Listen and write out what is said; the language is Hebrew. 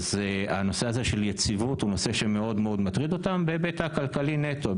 אז הנושא הזה של יציבות הוא נושא שמאוד מטריד אותם בהיבט הכלכלי נטו,